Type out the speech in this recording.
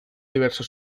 diverso